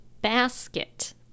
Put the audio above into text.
basket